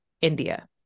India